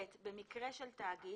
(ב)במקרה של תאגיד,